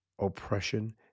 oppression